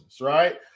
right